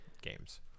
games